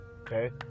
Okay